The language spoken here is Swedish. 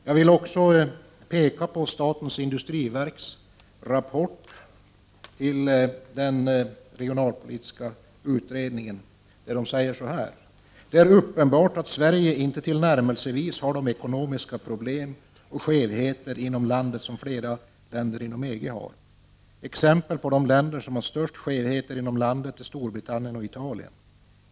Jag vill också peka på vad statens industriverk säger i sin rapport till den regionalpolitiska utredningen: ”Det är uppenbart att Sverige inte tillnärmelsevis har de ekonomiska problem och skevheter inom landet som flera länder inom EG har. Exempel på de länder som har störst skevheter inom landet är Storbritannien och Italien.